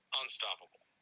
unstoppable